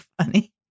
funny